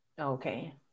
okay